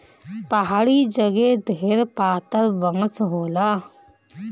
पहाड़ी जगे ढेर पातर बाँस होला